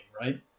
right